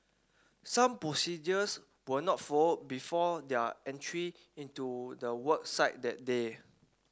some procedures were not before their entry into the work site that day